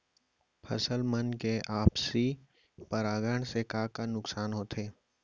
फसल मन के आपसी परागण से का का नुकसान होथे?